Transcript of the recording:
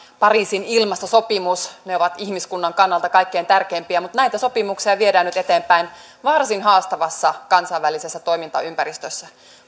pariisin ilmastosopimus ne ovat ihmiskunnan kannalta kaikkein tärkeimpiä mutta näitä sopimuksia viedään nyt eteenpäin varsin haastavassa kansainvälisessä toimintaympäristössä